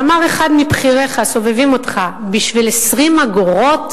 ואמר אחד מבכיריך, הסובבים אותך: בשביל 20 אגורות?